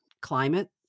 climate